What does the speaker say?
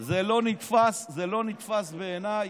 זה לא נתפס בעיניי.